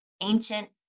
ancient